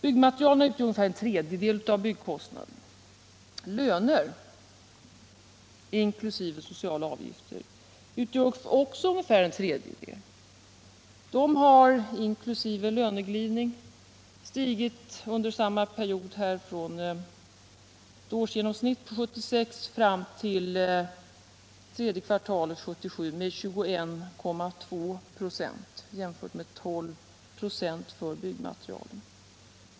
Byggmaterial utgör ungefär en tredjedel av byggkostnaderna. Löner, inkl. sociala avgifter, utgörockså =. ungefär en tredjedel. Dessa kostnader, inkl. löneglidning, har stigit under — Den ekonomiska samma period — från ett årsgenomsnitt 1976 fram till tredje kvartalet — politiken 1977 — med 21,2 26 jämfört med 12 96 för byggmaterial.